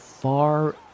far